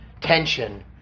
tension